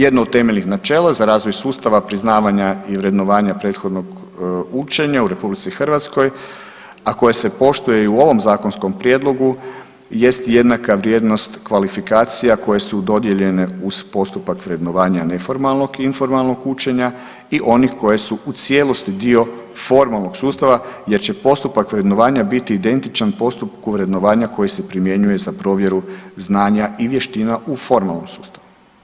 Jedno od temeljnih načela za razvoj sustava priznavanja i vrednovanja prethodnog učenja u RH, a koje se poštuje i u ovom zakonskom prijedlogu jest jednaka vrijednost kvalifikacija koje su dodijeljene uz postupak vrednovanja neformalnog informalnog učenja i onih koje su u cijelosti dio formalnog sustava jer će postupak vrednovanja biti identičan postupku vrednovanja koji se primjenjuje za provjeru znanja i vještina u formalnom sustavu.